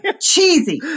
cheesy